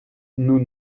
nous